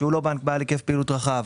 שהוא לא בנק בעל היקף פעילות רחב,